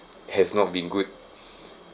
has not been good